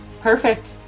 Perfect